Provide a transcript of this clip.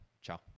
Ciao